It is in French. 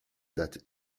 date